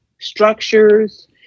structures